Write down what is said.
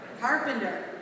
carpenter